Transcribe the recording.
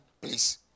please